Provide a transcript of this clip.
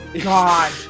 God